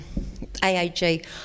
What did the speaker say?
AAG